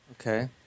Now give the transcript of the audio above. Okay